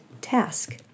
task